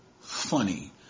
funny